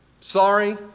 sorry